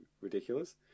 ridiculous